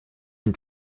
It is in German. dem